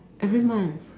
every month